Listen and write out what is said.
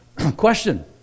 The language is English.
Question